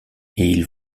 ils